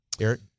Eric